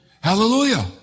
hallelujah